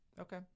Okay